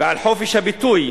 ועל חופש הביטוי,